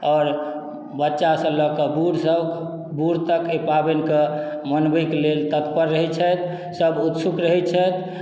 आओर बच्चा सँ लए कऽ बूढ़ तक बूढ़ तक एहि पाबनि के मनबै के लेल तत्पर रहै छथि सब उत्सुक रहै छथि